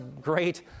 great